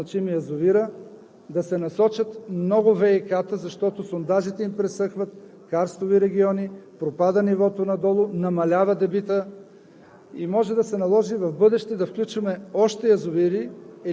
Тенденцията е към тези 52 национално значими язовира да се насочат много ВиК-та, защото сондажите им пресъхват, карстови региони, пропада нивото надолу, намалява дебитът